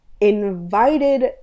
invited